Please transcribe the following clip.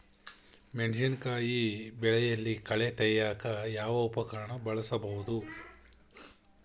ಮೆಣಸಿನಕಾಯಿ ಬೆಳೆಯಲ್ಲಿ ಕಳೆ ತೆಗಿಯಾಕ ಯಾವ ಉಪಕರಣ ಬಳಸಬಹುದು?